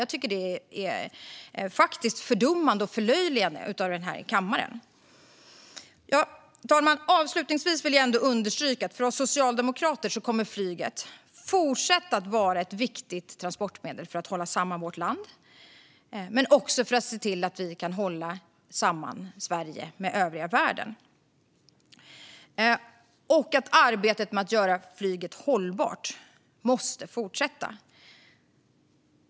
Jag tycker att det faktiskt är fördummande och förlöjligande av den här kammaren. Fru talman! Avslutningsvis vill jag understryka att för oss socialdemokrater kommer flyget att fortsätta vara ett viktigt transportmedel för att hålla samman vårt land och för att hålla samman Sverige med övriga världen. Arbetet med att göra flyget hållbart måste också fortsätta.